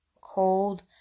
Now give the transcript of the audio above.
cold